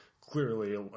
clearly